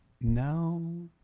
No